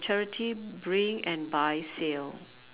charity bring and buy sale